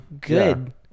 good